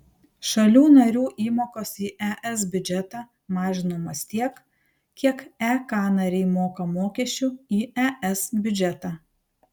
šalių narių įmokos į es biudžetą mažinamos tiek kiek ek nariai moka mokesčių į es biudžetą